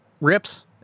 rips